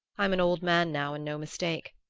i'm an old man now and no mistake.